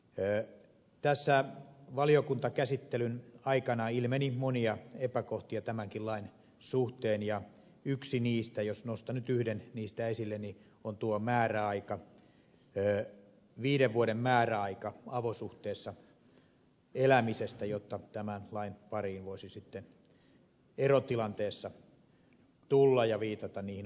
tässä valiokuntakäsittelyn aikana ilmeni monia epäkohtia tämänkin lain suhteen ja yksi niistä jos nostan nyt yhden niistä esille on tuo viiden vuoden määräaika avosuhteessa elämisessä jotta tämän lain pariin voisi sitten erotilanteessa tulla ja viitata niihin oikeuksiinsa